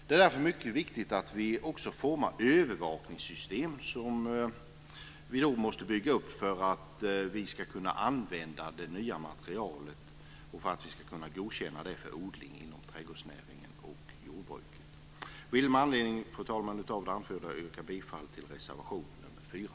Det är därför mycket angeläget att forma och bygga upp övervakningssystem för att det nya materialet ska kunna användas och godkännas för odling inom trädgårdsnäringen och jordbruket. Jag vill med anledning, fru talman, av det anförda yrka bifall till reservation nr 4.